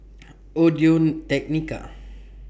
Audio Technica